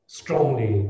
strongly